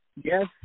Yes